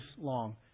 long